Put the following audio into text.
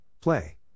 play